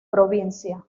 provincia